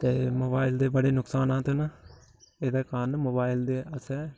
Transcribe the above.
ते मोबाइल दे बड़े नुकसानात न एह्दे कारण मोबाइल दे असें